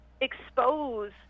expose